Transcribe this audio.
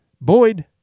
Boyd